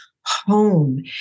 home